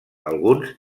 alguns